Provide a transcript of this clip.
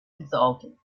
exultant